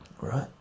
Right